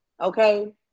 Okay